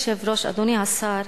אדוני היושב-ראש, אדוני השר,